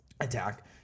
attack